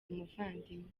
umuvandimwe